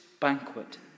banquet